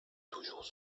toujours